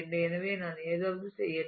எனவே நான் ஏதாவது செய்யட்டும்